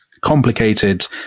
complicated